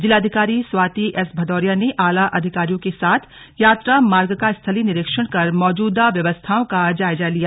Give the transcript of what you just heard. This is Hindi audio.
जिलाधिकारी स्वाति एस भदौरिया ने आला अधिकारियों के साथ यात्रामार्ग का स्थलीय निरीक्षण कर मौजूदा व्यवस्थाओं का जायजा लिया